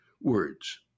Words